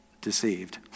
deceived